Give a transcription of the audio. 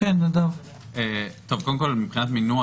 מבחינת מינוח,